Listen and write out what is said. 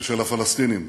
ושל הפלסטינים,